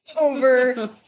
over